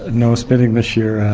ah no spinning this year.